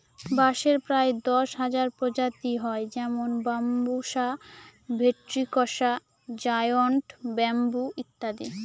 বাঁশের প্রায় দশ হাজার প্রজাতি হয় যেমন বাম্বুসা ভেন্ট্রিকসা জায়ন্ট ব্যাম্বু ইত্যাদি